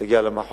היא תגיע למחוז.